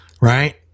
right